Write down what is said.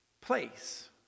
place